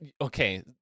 Okay